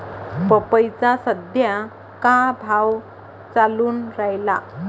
पपईचा सद्या का भाव चालून रायला?